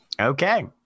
Okay